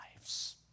lives